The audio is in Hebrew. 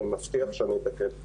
ואני מבטיח שאני אתקן.